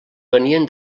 venien